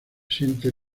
siente